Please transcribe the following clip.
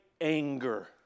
anger